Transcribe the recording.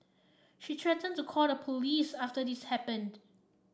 she threatened to call the police after this happened